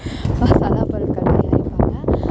மசாலா பொருட்கள் தயாரிப்பாங்க